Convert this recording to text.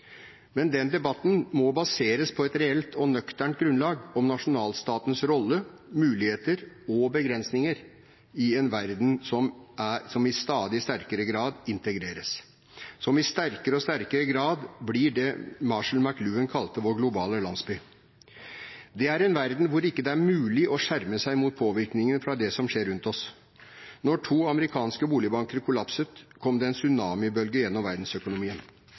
Men den debatten må baseres på et reelt og nøkternt grunnlag – nasjonalstatens rolle, muligheter og begrensninger i en verden som i stadig sterkere grad integreres, og som i sterkere og sterkere grad blir det Marshall McLuhan kalte vår «globale landsby». Det er en verden hvor det ikke er mulig å skjerme seg mot påvirkninger fra det som skjer rundt oss. Da to amerikanske boligbanker kollapset, kom det en tsunamibølge gjennom verdensøkonomien.